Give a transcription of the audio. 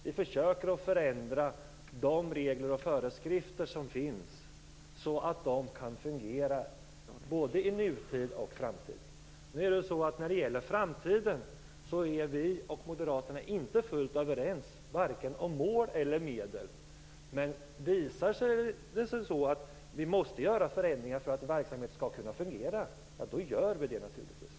Vi försöker att förändra de regler och föreskrifter som finns så att de kan fungera både i nutid och i framtiden. När det gäller framtiden är vi och moderaterna inte fullt överens, vare sig om mål eller medel. Men visar det sig att vi måste göra förändringar för att verksamheten skall kunna fungera föreslår vi naturligtvis sådana.